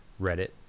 Reddit